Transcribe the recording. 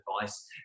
advice